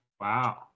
Wow